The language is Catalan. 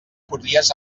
podries